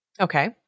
Okay